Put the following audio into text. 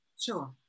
sure